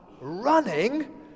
running